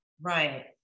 Right